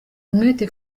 umwete